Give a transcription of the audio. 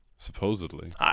Supposedly